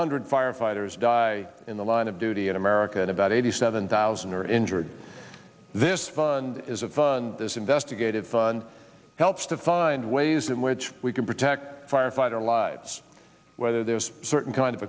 hundred firefighters die in the line of duty in america and about eighty seven thousand are injured this fund is a fund this investigative fun helps to find ways in which we can protect firefighter lives whether there's a certain kind of